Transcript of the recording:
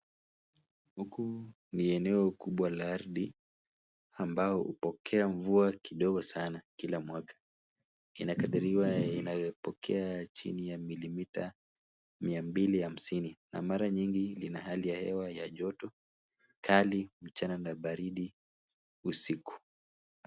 Huku ni eneo kubwa la ardhi amabao hupokea mvua kidogo sana kila mwaka. Inakadhiriwa inapokea chili ya milimita mia mbili hamsini na mara nyingi lina hali ya hewa ya joto kali mchana na baridi usiku.